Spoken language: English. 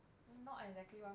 not exactly what